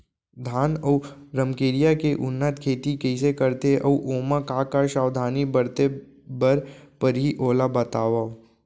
धान अऊ रमकेरिया के उन्नत खेती कइसे करथे अऊ ओमा का का सावधानी बरते बर परहि ओला बतावव?